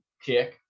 kick